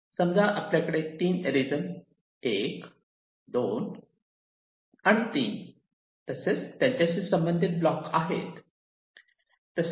समजा आपल्याकडे तीन रीजन 1 2 3 आणि त्यांच्याशी संबंधित ब्लॉक याप्रमाणे आहे